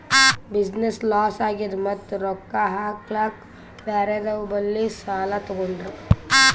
business loss ಆಗ್ಯಾದ್ ಮತ್ತ ರೊಕ್ಕಾ ಹಾಕ್ಲಾಕ್ ಬ್ಯಾರೆದವ್ ಬಲ್ಲಿ ಸಾಲಾ ತೊಗೊಂಡ್ರ